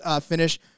finish